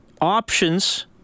options